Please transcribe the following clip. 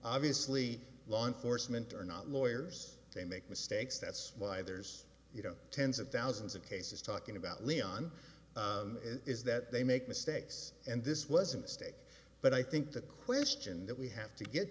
obviously law enforcement are not lawyers they make mistakes that's why there's you know tens of thousands of cases talking about leon is that they make mistakes and this was a mistake but i think the question that we have to get